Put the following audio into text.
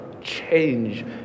change